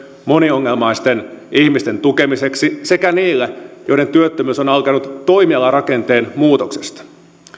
moniongelmaisten ihmisten tukemiseksi sekä niille joiden työttömyys on on alkanut toimialarakenteen muutoksesta